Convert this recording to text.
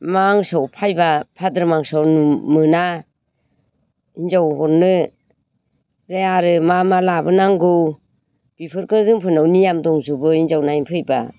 मा आंसोयाव फायबा बाद्र' मासाव मोना हिन्जाव हरनो आरो मा मा लाबोनांगौ बेफोरखौ जोंफोरनाव नियम दंजोबो हिन्जाव नायनो फैबा